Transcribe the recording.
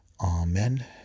Amen